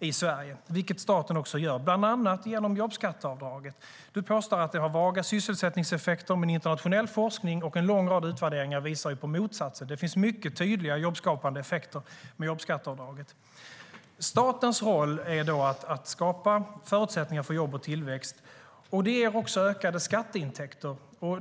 i Sverige, vilket staten också gör, bland annat genom jobbskatteavdraget. Du påstår att det har vaga sysselsättningseffekter, men internationell forskning och en lång rad utvärderingar visar på motsatsen. Det finns mycket tydliga jobbskapande effekter av jobbskatteavdraget. Statens roll är att skapa förutsättningar för jobb och tillväxt. Det ger också ökade skatteintäkter.